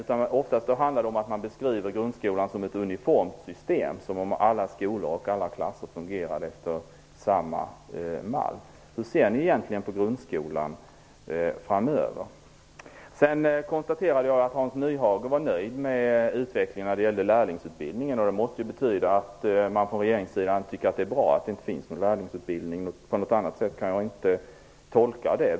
Det handlar oftast om att man beskriver grundskolan som ett uniformt system, som om alla skolor och alla klasser fungerade efter samma mall. Hur ser ni egentligen på grundskolan framöver? Jag konstaterade vidare att Hans Nyhage var nöjd med utvecklingen av lärlingsutbildningen. Det måste betyda att man på regeringssidan tycker att det är bra att det inte finns någon lärlingsutbildning. Jag kan inte tolka det på något annat sätt.